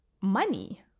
money